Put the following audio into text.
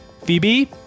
Phoebe